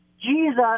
Jesus